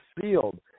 field